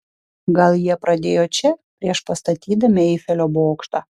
gal jie pradėjo čia prieš pastatydami eifelio bokštą